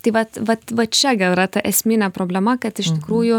tai vat vat vat čia gal yra ta esminė problema kad iš tikrųjų